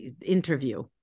interview